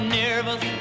nervous